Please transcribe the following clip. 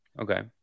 Okay